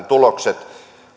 tulokset